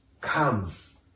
comes